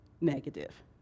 negative